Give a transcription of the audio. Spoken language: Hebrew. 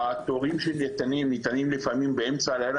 התורים ניתנים לפעמים באמצע הלילה.